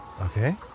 Okay